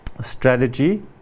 strategy